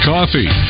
Coffee